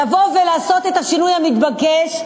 לבוא ולעשות את השינוי המתבקש,